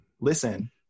listen